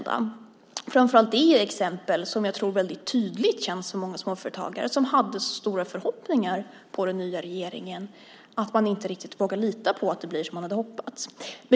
Det här är exempel på sådant jag tror känns väldigt tydligt för många småföretagare som hade så stora förhoppningar på den nya regeringen. Nu vågar man inte riktigt lita på att det blir som man hade hoppats.